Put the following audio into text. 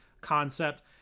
concept